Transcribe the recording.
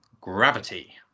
Gravity